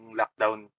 lockdown